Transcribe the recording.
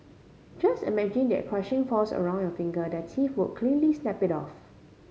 just imagine that crushing force around your finger their teeth would cleanly snap it off